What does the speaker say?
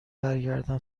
برگردم